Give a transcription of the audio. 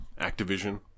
Activision